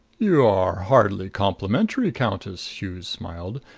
you are hardly complimentary, countess, hughes smiled.